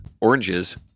oranges